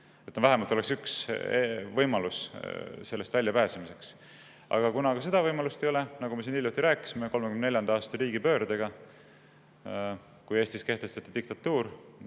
vähemalt oleks üks võimalus sellest [ringist] välja pääsemiseks. Aga kuna seda võimalust ei ole – nagu me siin hiljuti rääkisime, 1934. aasta riigipöördega, kui Eestis kehtestati diktatuur,